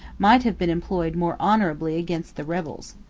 might have been employed more honorably against the rebels.